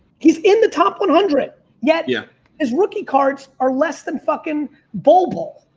he's in the top one hundred yet yeah his rookie cards are less than fucking bol bol.